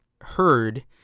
heard